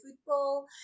football